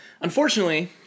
Unfortunately